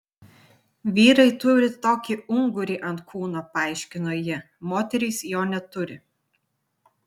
vyrai turi tokį ungurį ant kūno paaiškino ji moterys jo neturi